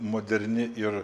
moderni ir